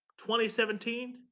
2017